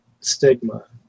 stigma